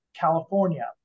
California